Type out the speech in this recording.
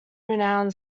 renowned